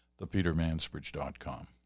thepetermansbridge.com